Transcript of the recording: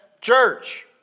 church